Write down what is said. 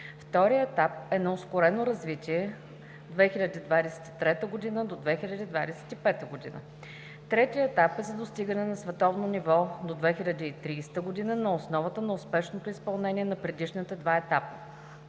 Вторият етап е на ускорено развитие 2023 – 2025 г. Третият етап е за достигане на световно ниво до 2030 г. на основата на успешното изпълнение на предишните два етапа.